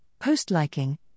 post-liking